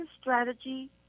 strategy